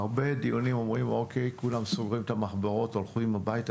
בהרבה דיונים סוגרים את המחברות והולכים הביתה.